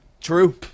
true